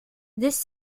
this